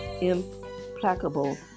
implacable